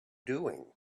doing